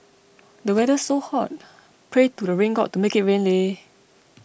the weather's so hot pray to the rain god to make it rain leh